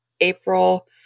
April